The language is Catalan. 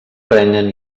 renyen